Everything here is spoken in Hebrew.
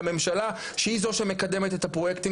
הממשלה שהיא זו שמקדמת את הפרויקטים